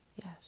Yes